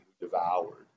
devoured